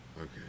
Okay